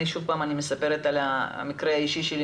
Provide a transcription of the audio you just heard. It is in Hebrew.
ושוב אני מסיימת על המקרה האישי שלי,